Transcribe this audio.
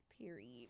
Period